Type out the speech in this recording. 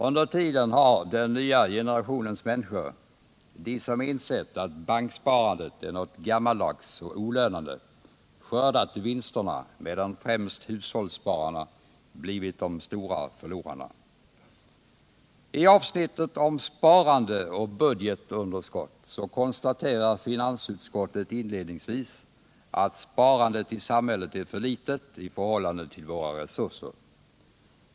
Under tiden har den nya generationens människor — de som insett att banksparandet är något gammaldags och olönande — skördat vinsterna, medan främst hushållsspararna blivit de stora förlorarna. I avsnittet om sparande och budgetunderskott konstaterar finansutskottet inledningsvis att sparandet i samhället är för litet i förhållande till våra resurser.